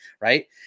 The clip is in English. right